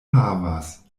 havas